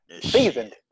Seasoned